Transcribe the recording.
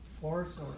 force